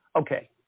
okay